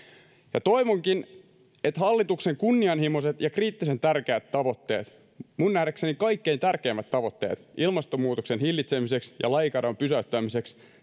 toivonkin että hallituksen kunnianhimoiset ja kriittisen tärkeät tavoitteet minun nähdäkseni kaikkein tärkeimmät tavoitteet ilmastonmuutoksen hillitsemiseksi ja lajikadon pysäyttämiseksi